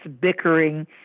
bickering